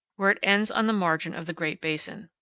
where it ends on the margin of the great basin.